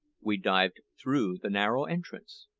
we dived through the narrow entrance.